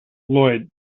lloyd